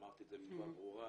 אמרתי את זה בצורה ברורה.